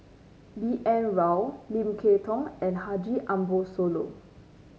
B N Rao Lim Kay Tong and Haji Ambo Sooloh